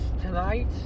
tonight